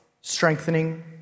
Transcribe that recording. strengthening